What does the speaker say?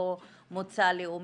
לא מוצא לאומי,